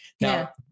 Now